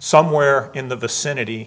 somewhere in the vicinity